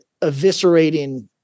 eviscerating